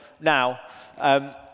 now